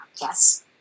yes